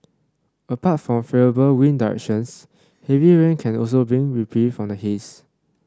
apart from favourable wind directions heavy rain can also bring reprieve from the haze